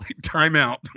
Timeout